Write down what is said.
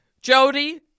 Jody